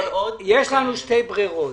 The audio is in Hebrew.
יש לנו שתי ברירות.